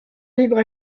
libre